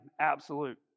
absolute